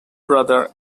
brother